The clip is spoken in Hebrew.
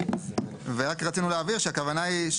ורק רצינו להבהיר שהכוונה היא,